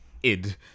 Id